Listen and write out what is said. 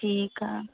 ठीकु आहे